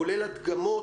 כולל הדגמות,